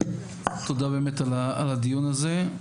תודה על הדיון הזה.